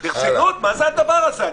ברצינות, מה זה הדבר הזה?